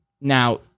Now